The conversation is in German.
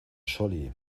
scholli